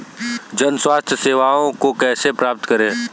जन स्वास्थ्य सेवाओं को कैसे प्राप्त करें?